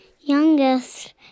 youngest